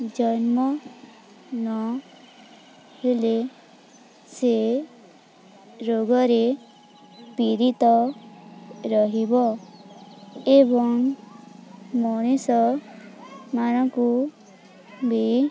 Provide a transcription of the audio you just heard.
ଜନ୍ମ ନ ହେଲେ ସେ ରୋଗରେ ପୀଡ଼ିତ ରହିବ ଏବଂ ମଣିଷମାନଙ୍କୁ ବି